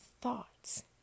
thoughts